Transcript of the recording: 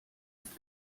ist